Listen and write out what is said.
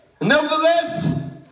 nevertheless